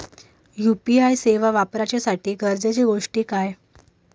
UPI सेवा वापराच्यासाठी गरजेचे गोष्टी काय?